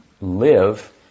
live